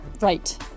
Right